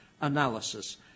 analysis